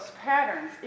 patterns